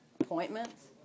appointments